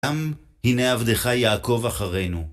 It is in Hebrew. שם, הנה עבדך יעקב אחרינו.